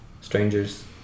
strangers